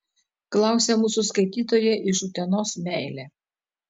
klausia mūsų skaitytoja iš utenos meilė